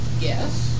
Yes